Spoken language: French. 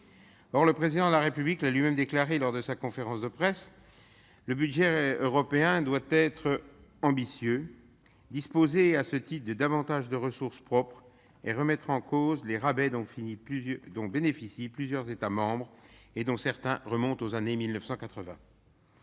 le Président de la République l'a lui-même déclaré lors de sa conférence de presse, le budget européen doit être ambitieux, disposer, à ce titre, de davantage de ressources propres et remettre en cause les rabais dont bénéficient plusieurs États membres, certains remontant aux années